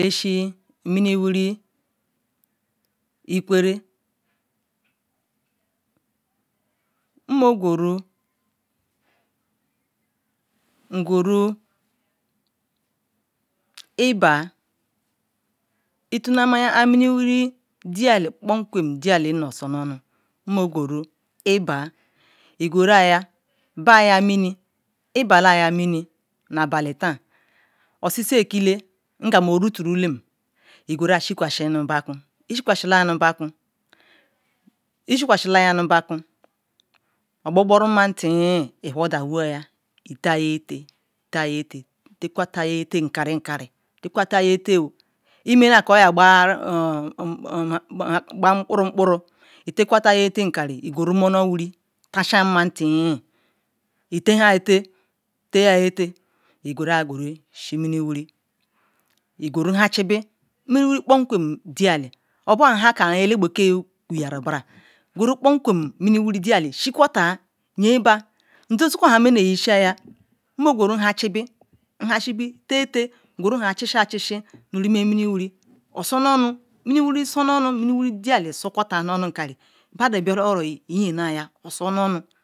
Mene shi mini wiri ikwerre mmoguru nguru ibaa ichula mahan mini wiri dieli nu sununu nmoguru ibaa baye mini ibala ya mini nu abala tan osisi ekila ngan otu turula lgura shi kwasi nu bakwon lgurula shi kwasi nu bakwou ishi kwasi laya ogboboruu matiyin ita yatal itakwata nu cani cari imennaya a oya gba nukpo rokporo itakwata ya nkari iguru mo nowiri tasan mmatiyin itahan tal itata igural shimini wiri iguru han chibi shia mini wiri dieli kpokwum obola han ka ela beke gweyaru guru kpokwum mini wiri dieli shi kwatal yer ozu ko han mene ishiya mmoguru han chibi taltal gural chisi osunnu mini wiri dieler sunnu nka rikari badon biala oro osunnunu